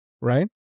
right